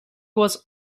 was